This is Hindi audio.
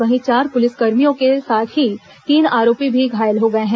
वहीं चार पुलिसकर्मियों के साथ ही तीन आरोपी भी घायल हो गए हैं